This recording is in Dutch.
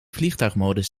vliegtuigmodus